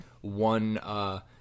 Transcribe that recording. one